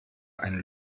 ein